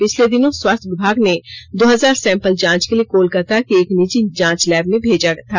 पिछले दिनों स्वास्थ्य विभाग ने दो हजार सैंपल जांच के लिए कोलकाता के एक निजी जांच लैब में भेजा गया था